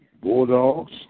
Bulldogs